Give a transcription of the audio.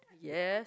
yes